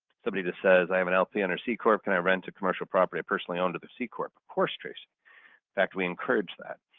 somebody just says i have an lp under c-corp. can i rent a commercial property? i personally own the c-corp. of course chris. in fact we encourage that.